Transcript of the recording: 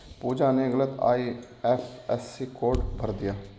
पूजा ने गलत IFSC code भर दिया